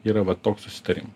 yra vat toks susitarimas